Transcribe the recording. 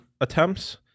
attempts